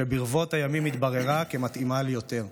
שברבות הימים התבררה כמתאימה לי יותר.